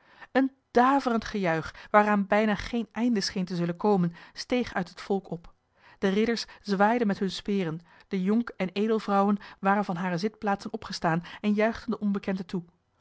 een daverend gejuich waaraan bijna geen einde scheen te zullen komen steeg uit het volk op de ridders zwaaiden met hunne speren de jonk en edelvrouwen waren van hare zitplaatsen opgestaan en juichten den onbekende toe